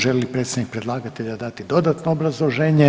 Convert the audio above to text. Želi li predstavnik predlagatelja dati dodatno obrazloženje?